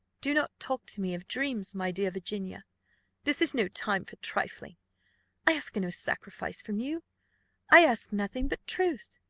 do not talk to me of dreams, my dear virginia this is no time for trifling i ask no sacrifice from you i ask nothing but truth.